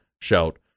shout